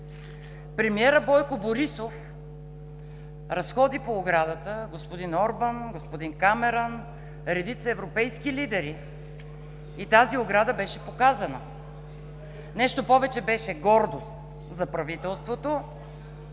Премиерът Бойко Борисов разходи по оградата господин Орбан, господин Камерън, редица европейски лидери, и тази ограда беше показана. Нещо повече, беше гордост за правителството